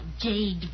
jade